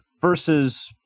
versus